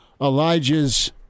Elijah's